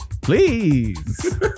Please